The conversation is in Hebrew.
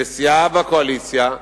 שלסיעה בקואליציה,